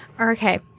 Okay